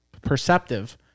perceptive